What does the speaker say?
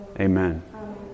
Amen